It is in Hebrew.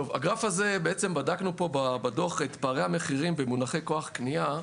בעצם בדקנו פה בדוח את פערי המחירים במונחי כוח קנייה.